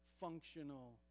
functional